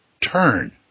turn